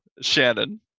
Shannon